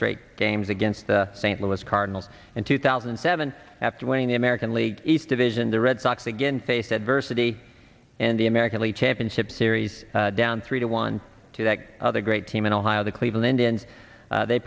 straight games against the st louis cardinals in two thousand and seven after winning the american league east division the red sox again faced adversity and the american league championship series down three to one to that other great team in ohio the cleveland indians they